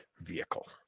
vehicle